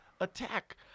attack